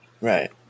Right